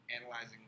analyzing